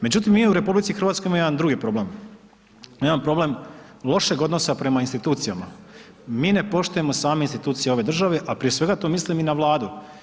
Međutim, mi u RH imamo jedan drugi problem, mi imamo problem lošeg odnosa prema institucijama, mi ne poštujemo same institucije ove države, a prije svega to mislim i na Vladu.